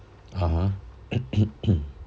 (uh huh)